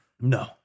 No